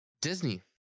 Disney